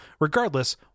Regardless